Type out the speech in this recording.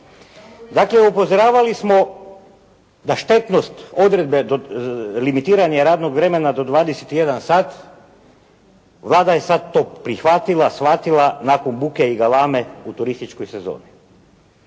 Dakle upozoravali smo da štetnost odredbe limitiranja radnog vremena do 21 sat, Vlada je sad to prihvatila, shvatila nakon buke i galame u turističkoj sezoni.